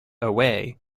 away